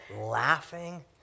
laughing